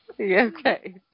Okay